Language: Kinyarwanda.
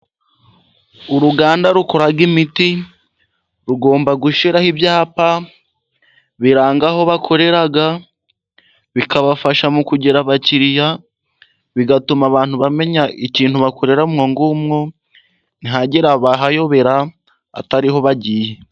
Uruganda rukora imiti rugomba gushyiraho ibyapa biranga aho bakorera, bikabafasha mu kugira abakiriya, bigatuma abantu bamenya ikintu bakoreramo, ntihagira abahayobera atariho bagiye.